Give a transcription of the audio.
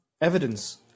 evidence